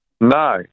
No